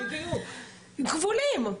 כבולים,